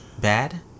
bad